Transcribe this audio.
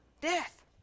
death